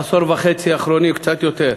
בעשור וחצי האחרונים, קצת יותר,